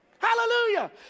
Hallelujah